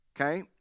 Okay